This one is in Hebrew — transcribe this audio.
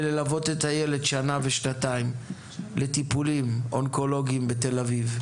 ללוות את הילד שנה ושנתיים לטיפולים אונקולוגיים בתל אביב.